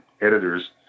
editors